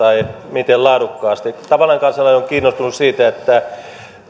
miten laadukkaasti tavallinen kansalainen on kiinnostunut siitä